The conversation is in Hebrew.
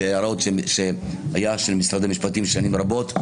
זו הייתה הערה של משרד המשפטים שנים רבות,